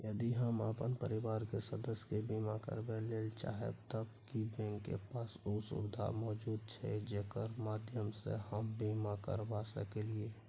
यदि हम अपन परिवार के सदस्य के बीमा करबे ले चाहबे त की बैंक के पास उ सुविधा मौजूद छै जेकर माध्यम सं हम बीमा करबा सकलियै?